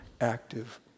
active